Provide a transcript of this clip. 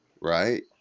right